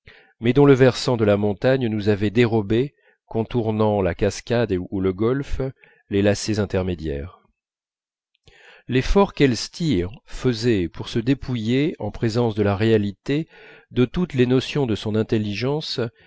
mais dont le versant de la montagne nous avait dérobé contournant la cascade ou le golfe les lacets intermédiaires l'effort qu'elstir faisait pour se dépouiller en présence de la réalité de toutes les notions de son intelligence